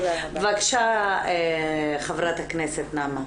בבקשה ח"כ נעמה.